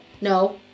No